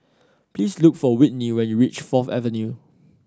please look for Whitney when you reach Fourth Avenue